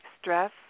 stress